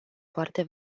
foarte